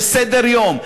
סדר-יום,